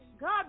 God